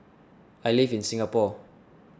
I live in Singapore